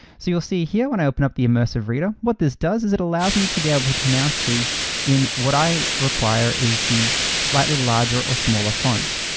so you'll see here, when i open up the immersive reader, what this does is it allows me to be able to now see in what i require is the slightly larger or smaller font.